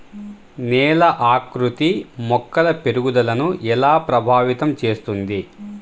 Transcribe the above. నేల ఆకృతి మొక్కల పెరుగుదలను ఎలా ప్రభావితం చేస్తుంది?